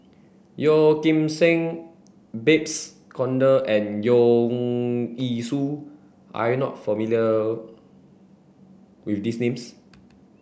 Yeo Kim Seng Babes Conde and Leong Yee Soo are you not familiar with these names